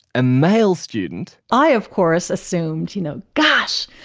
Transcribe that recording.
a male student i, of course, assumed you know gosh,